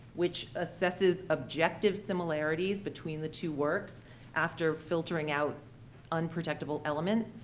which assesses objective similarities between the two works after filtering out unprotectable element,